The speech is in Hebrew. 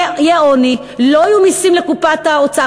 יהיה עוני, לא יהיו מסים לקופת האוצר.